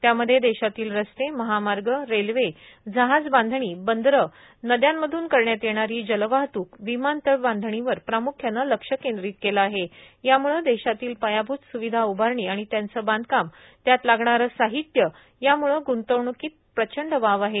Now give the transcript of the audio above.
त्यामध्ये देशातील रस्ते महामार्गए रेल्वे जहाजबांधणी बंदरे नद्यांमधून करण्यात येणारी जलवाहतूक विमानतळे बांधणीवर प्रामुख्यान लक्ष केंद्रीत केल आहेण् त्यामुळ देशातील पायाभूत स्विधा उआरणी आणि त्यांचे बांधकामए त्यात लागणारे साहित्य यामुळ गुंतवण्कीत प्रचंड वाव आहे